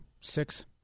six